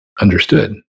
understood